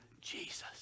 Jesus